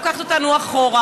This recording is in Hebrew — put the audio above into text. הממשלה לוקחת אותנו אחורה.